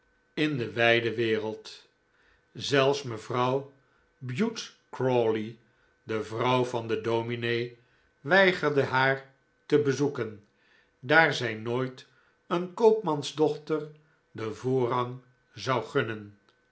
in de wijde wereld zelfs mevrouw bute crawley de vrouw van den dominee weigerde haar te bezoeken daar zij nooit een koopmansdochter den voorrang zou gunnen